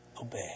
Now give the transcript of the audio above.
obey